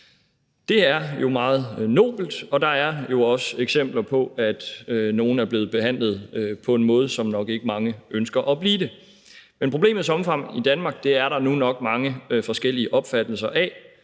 Det er jo meget nobelt, og der er også eksempler på, at nogle er blevet behandlet på en måde, som mange nok ikke ønsker at blive det. Men problemets omfang i Danmark er der nu nok mange forskellige opfattelser af.